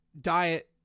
diet